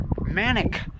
manic